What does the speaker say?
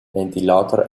ventilator